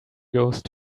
ghost